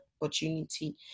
opportunity